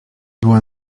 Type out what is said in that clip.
była